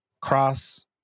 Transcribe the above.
cross